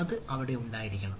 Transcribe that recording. അത് അവിടെ ഉണ്ടായിരിക്കണം